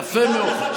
יפה מאוד.